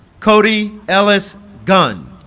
cody ellis gunn